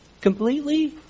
completely